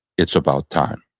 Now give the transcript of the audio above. it's about time.